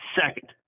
Second